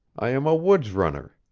i am a woods runner.